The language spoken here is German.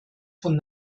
von